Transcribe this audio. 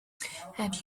have